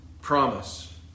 promise